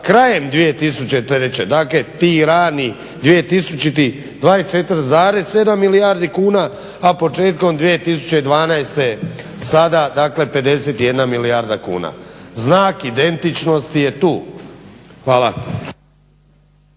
rani dvijetisućiti 24,7 milijardi kuna, a početkom 2012. sada dakle 51 milijarda kuna. Znak identičnosti je tu. Hvala.